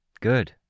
Good